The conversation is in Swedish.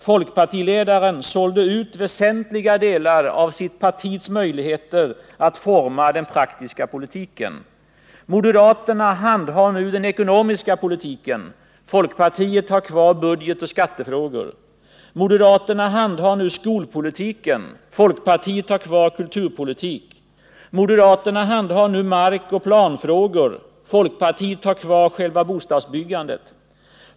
Folkpartiledaren sålde ut väsentliga delar av sitt partis möjligheter att forma den praktiska politiken. Moderaterna handhar nu den ekonomiska politiken — folkpartiet har kvar budgetoch skattefrågor. Moderaterna handhar nu skolpolitiken — folkpartiet har kvar kulturpolitiken. Moderaterna handhar nu markoch planfrågor — folkpartiet har kvar själva bostadsbyggandet.